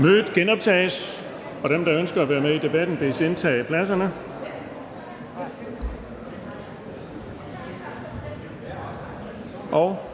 er genoptaget. Dem, der ønsker at være med i debatten, bedes indtage pladserne.